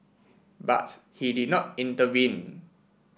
but he did not intervene